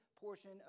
portion